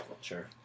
Sure